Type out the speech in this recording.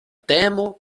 temo